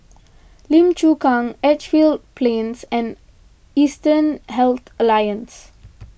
Lim Chu Kang Edgefield Plains and Eastern Health Alliance